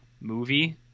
movie